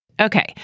Okay